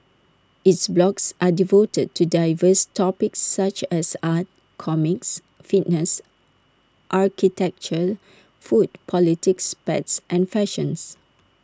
its blogs are devoted to diverse topics such as art comics fitness architecture food politics pets and fashions